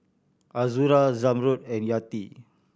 Azura Zamrud and Yati